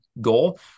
goal